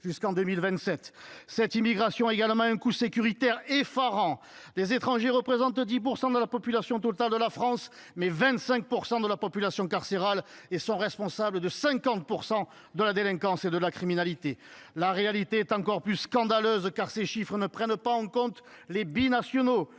jusqu’en 2027 ! Cette immigration a également un coût sécuritaire effarant : les étrangers représentent 10 % de la population totale de la France, mais 25 % de la population carcérale et sont responsables de 50 % de la délinquance et de la criminalité ! La réalité est encore plus scandaleuse, car ces chiffres ne prennent pas en compte les binationaux,